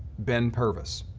ben purvis,